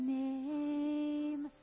name